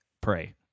Pray